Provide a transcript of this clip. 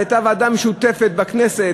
שהייתה ועדה משותפת בכנסת,